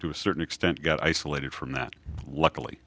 to a certain extent got isolated from that luckily